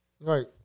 Right